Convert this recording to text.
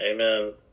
Amen